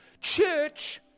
Church